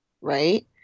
right